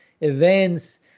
events